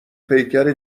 پیکر